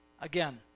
Again